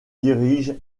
dirige